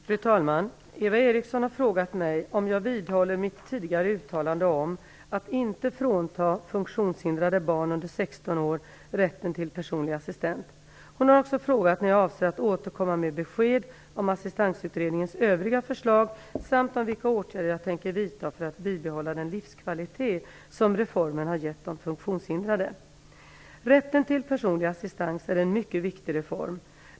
Fru talman! Eva Eriksson har frågat mig om jag vidhåller mitt tidigare uttalande om att inte frånta funktionshindrade barn under 16 år rätten till personlig assistent. Hon har också frågat när jag avser att återkomma med besked om Assistansutredningens övriga förslag samt om vilka åtgärder jag tänker vidta för att bibehålla den livskvalitet som reformen har gett de funktionshindrade. Rätten till personlig assistans är en mycket viktig reform.